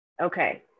Okay